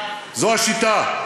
זו השיטה.